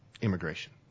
immigration